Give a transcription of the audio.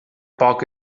poc